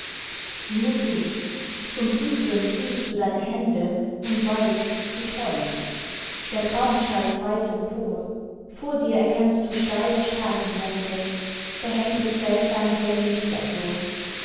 nur du zum prüfen fühlst du deine hände und weißt du träumst der traum steigt weiß empor vor dir erkennst du steile straßenwände behängt mit seltsam hellem